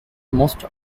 most